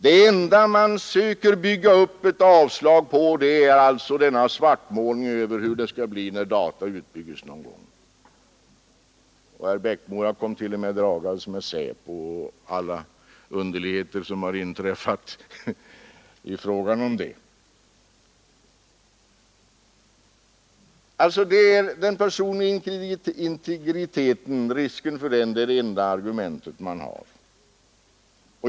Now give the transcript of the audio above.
Det enda de söker bygga upp ett avslag på är alltså denna svartmålning av hur det skall bli när dataregistren utbygges någon gång. Herr Eriksson i Bäckmora kom t.o.m. dragandes med SÄPO och alla underligheter som har inträffat därvidlag. Risken för den personliga integriteten är alltså det enda argument man har.